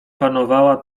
panowała